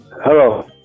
hello